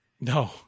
No